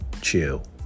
chill